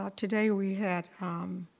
today we had, um